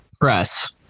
press